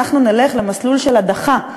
אנחנו נלך למסלול של הדחה,